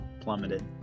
plummeted